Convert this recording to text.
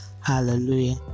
hallelujah